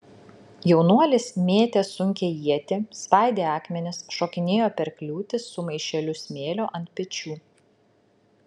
jaunuolis mėtė sunkią ietį svaidė akmenis šokinėjo per kliūtis su maišeliu smėlio ant pečių